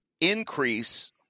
increase